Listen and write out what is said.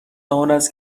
آنست